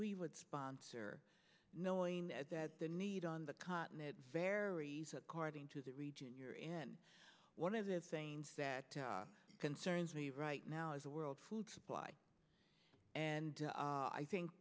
we would sponsor knowing that the need on the cotton it varies according to the region you're in one of the things that concerns me right now is the world food supply and i think